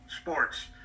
sports